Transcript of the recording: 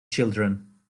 children